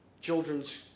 children's